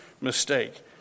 mistake